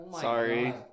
Sorry